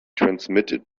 transmitted